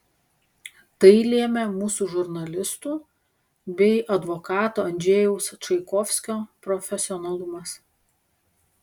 tai lėmė mūsų žurnalistų bei advokato andžejaus čaikovskio profesionalumas